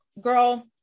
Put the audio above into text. girl